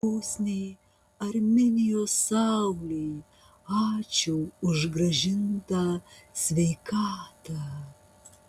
dosniai armėnijos saulei ačiū už grąžintą sveikatą